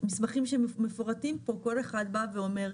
המסמכים שמפורטים בו, כל אחד בא ואומר,